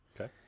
Okay